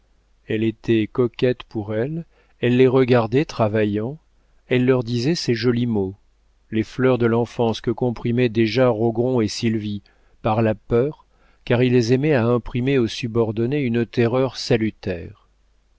elle était coquette pour elles elle les regardait travaillant elle leur disait ces jolis mots les fleurs de l'enfance que comprimaient déjà rogron et sylvie par la peur car ils aimaient à imprimer aux subordonnés une terreur salutaire